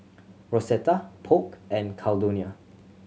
Rosetta Polk and Caldonia